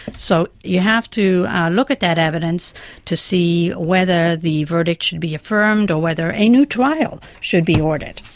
so you have to look at that evidence to see whether the verdict should be affirmed or whether a new trial should be ordered.